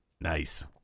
Nice